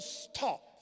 stop